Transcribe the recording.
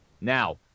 Now